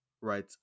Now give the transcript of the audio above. right